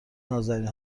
نــازنین